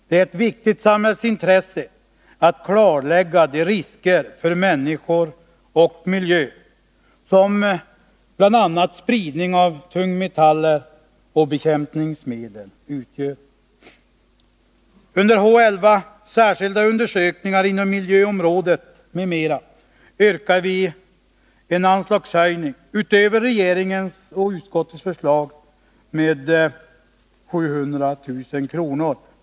Det är ett viktigt samhällsintresse att klarlägga de risker för människor och miljö som bl.a. spridning av tungmetaller och bekämpningsmedel utgör. Under H 11. Särskilda undersökningar inom miljöområdet m.m. yrkar vi en anslagshöjning utöver regeringens och utskottets förslag med 700 000 kr.